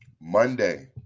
Monday